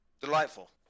delightful